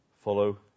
Follow